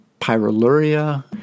pyroluria